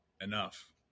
enough